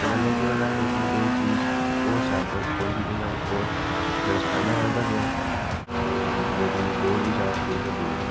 ते कन्नै केह् होएआ मेरी एह् चीज होर शैल होंदी गेई अ'ऊं होर मेरा स्टैमिना बधदा गेआ ते मेरी दौड़ बी जैदा तेज होंदी गेई